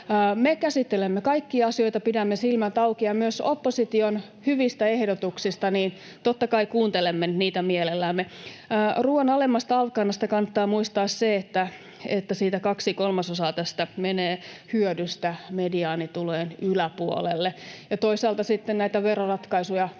Me käsittelemme kaikkia asioita, pidämme silmät auki, ja myös opposition hyviä ehdotuksia totta kai kuuntelemme mielellämme. Ruuan alemmasta alv-kannasta kannattaa muistaa se, että kaksi kolmasosaa hyödystä menee mediaanitulojen yläpuolelle ja toisaalta sitten näitä veroratkaisuja